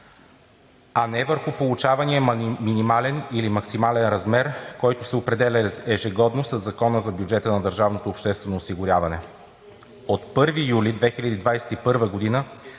а не върху получавания минимален или максимален размер, който се определя ежегодно със Закона за бюджета на Държавното обществено осигуряване.